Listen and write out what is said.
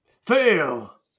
Fail